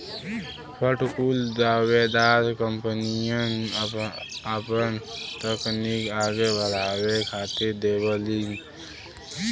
fund कुल दावेदार कंपनियन आपन तकनीक आगे अड़ावे खातिर देवलीन